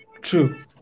True